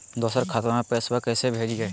दोसर खतबा में पैसबा कैसे भेजिए?